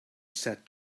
said